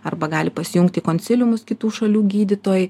arba gali pasijungti konsiliumus kitų šalių gydytojai